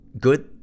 good